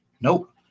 Nope